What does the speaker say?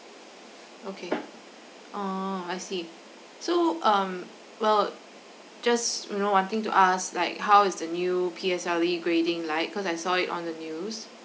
okay oh I see so um well just you know wanting to ask like how is the new P_S_L_E grading like cause I saw it on the news